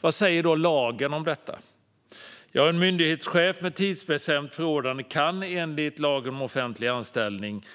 Vad säger lagen om detta? En myndighetschef med tidsbestämt förordnande kan enligt 33 § lagen om offentlig anställning